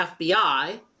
FBI